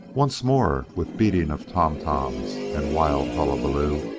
once more, with beating of toms-toms and wild hullaballoo,